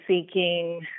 seeking